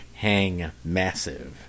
hangmassive